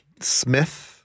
Smith